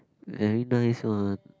very nice one